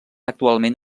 actualment